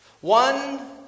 One